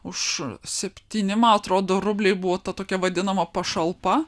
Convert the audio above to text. už septyni man atrodo rubliai buvo ta tokia vadinama pašalpa